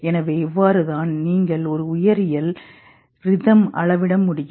எனவே இவ்வாறு தான் நீங்கள் ஒரு உயிரியல் ரிதம் அளவிடமுடியும்